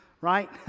right